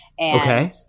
Okay